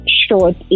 short